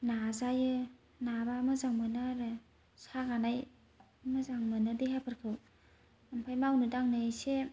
नाजायो नाबा मोजां मोनो आरो सागानाय मोजां मोनो देहाफोरखौ ओमफ्राय मावनो दांनो एसे